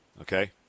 okay